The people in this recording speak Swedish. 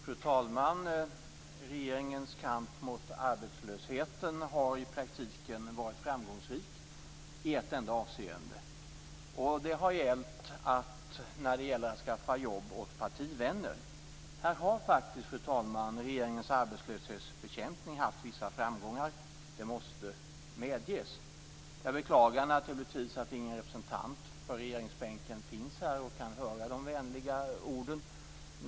Fru talman! Regeringens kamp mot arbetslösheten har i praktiken var framgångsrik i ett enda avseende. Det har varit när det gällt att skaffa jobb till partivänner. Här har faktiskt, fru talman, regeringens arbetslöshetsbekämpning haft vissa framgångar. Det måste medges. Jag beklagar naturligtvis att ingen representant för regeringsbänken finns här och kan höra de vänliga orden.